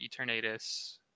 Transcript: Eternatus